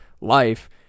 life